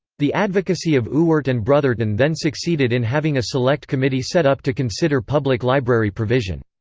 the advocacy of ewart and brotherton then succeeded in having a select committee set up to consider public library provision.